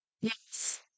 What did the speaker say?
Yes